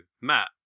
Matt